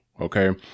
Okay